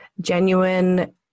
genuine